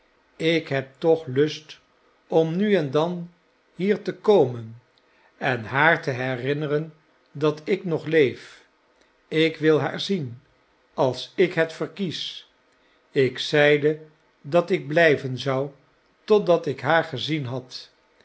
ik heb toch lust om nu en dan hier te komen en haar te herinneren dat ik nog leef ik wil haar zien als ik het verkies ik zeide dat ik blijven zou totdat ik haar gezien had